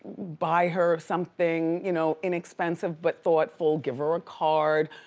buy her something. you know, inexpensive, but thoughtful. give her a card,